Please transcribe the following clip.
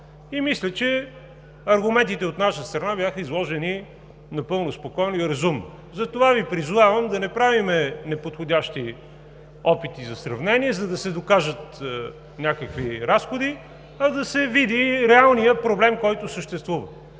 И мисля, че аргументите от наша страна бяха изложени напълно спокойно и разумно. Затова Ви призовавам да не правим неподходящи опити за сравнение, за да се докажат някакви разходи, а да се види реалният проблем, който съществува.